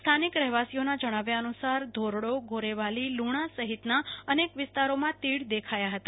સ્થાનિક રહેવાસીઓના જણાવ્યા અનુસાર ધોરડો ગોરેવાલી લુણી સહિતના અનેક વિસ્તારોમાં તીડ દેખાયા હતા